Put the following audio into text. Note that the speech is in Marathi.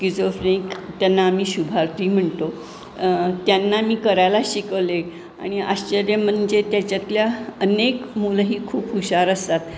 स्किजोफ्रेक त्यांना आम्ही शुभार्थी म्हणतो त्यांना मी करायला शिकवले आणि आश्चर्य म्हणजे त्याच्यातल्या अनेक मुलंही खूप हुशार असतात